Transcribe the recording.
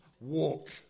walk